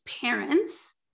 parents